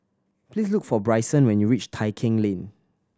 please look for Brycen when you reach Tai Keng Lane